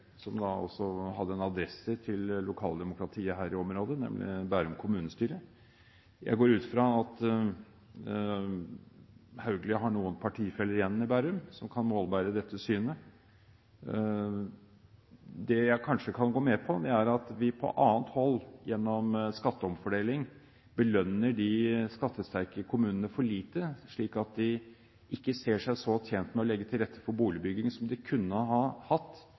som hadde adresse til lokaldemokratiet her i området, nemlig Bærum kommunestyre. Jeg går ut fra at Haugli har noen partifeller igjen i Bærum som kan målbære dette synet. Det jeg kanskje kan gå med på, er at vi på annet hold, gjennom skatteomfordeling, belønner de skattesterke kommunene for lite, slik at de ikke ser seg så tjent med å legge til rette for boligbygging som de kunne ha hatt